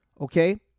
Okay